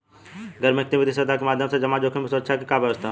गैर बैंकिंग वित्तीय संस्था के माध्यम से जमा जोखिम पर सुरक्षा के का व्यवस्था ह?